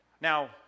Now